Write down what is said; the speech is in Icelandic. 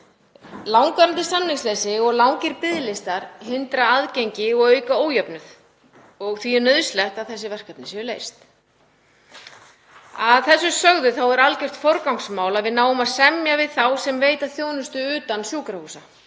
Langvarandi samningsleysi og langir biðlistar hindra aðgengi og auka ójöfnuð og því er nauðsynlegt að þessi verkefni séu leyst. Að þessu sögðu er algjört forgangsmál að við náum að semja við þá sem veita þjónustu utan sjúkrahúsa.